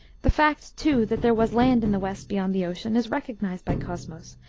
the fact, too, that there was land in the west beyond the ocean is recognized by cosmos,